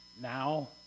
now